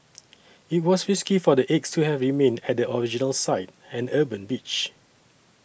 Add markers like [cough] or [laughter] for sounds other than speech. [noise] it was risky for the eggs to have remained at the original site an urban beach